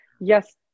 yes